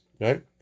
right